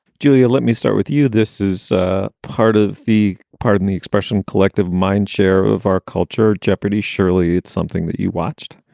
julia, let me start with you. this is part of the pardon the expression collective mind share of of our culture. jeopardy. surely it's something that you watched?